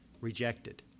rejected